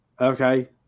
Okay